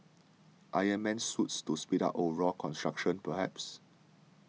Iron Man Suits to speed up overall construction perhaps